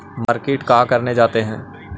Market का करने जाते हैं?